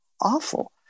awful